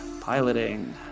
piloting